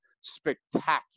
spectacular